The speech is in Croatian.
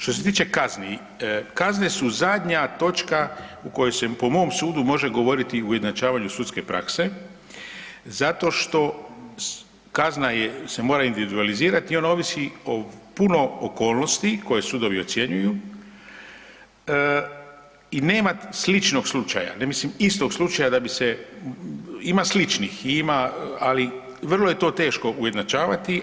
Što se tiče kazni, kazne su zadnja točka u kojoj se po mom sudu može govoriti o ujednačavanju sudske prakse zato što kazna se mora individualizirati i ona ovisi o puno okolnosti koje sudovi ocjenjuju i nema sličnog slučaja, ne mislim istog slučaja da bi se, ima sličnih i ima ali vrlo je to teško ujednačavati.